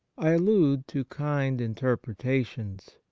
i allude to kind interpretations.